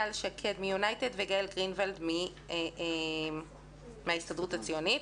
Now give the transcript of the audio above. טל שקל מיונייטד וגאל גרינוולד מההסתדרות הציונית.